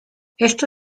esto